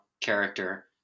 character